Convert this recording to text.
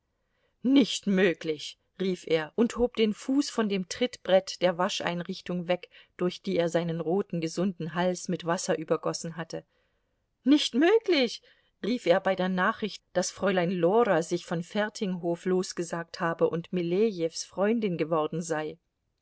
nicht möglich rief er und hob den fuß von dem trittbrett der wascheinrichtung weg durch die er seinen roten gesunden hals mit wasser übergossen hatte nicht möglich rief er bei der nachricht daß fräulein lora sich von fertinghof losgesagt habe und milejews freundin geworden sei